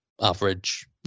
average